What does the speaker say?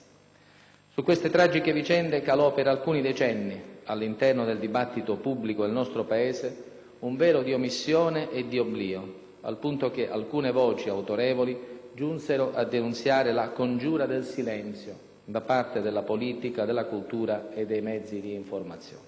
Su queste tragiche vicende calò per alcuni decenni, all'interno del dibattito pubblico del nostro Paese, un velo di omissione e di oblio, al punto che alcune voci autorevoli giunsero a denunciare la «congiura del silenzio», da parte della politica, della cultura e dei mezzi di informazione.